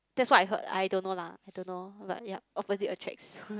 that's what I heard I don't know lah I don't know but yup opposite attracts